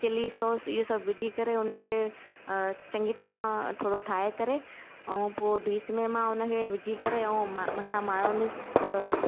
chilli sauce इहो सभु विझी करे उनखे अ चङी तरहां थोरो ठाहे करे ऐं पोइ डीस में मां उनखे विझी करे ऐं मां मथां मायोनिस अ